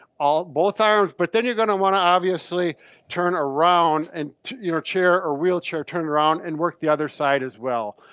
all both arms, but then you're gonna wanna obviously turn around in and your chair or wheelchair turn around and work the other side as well.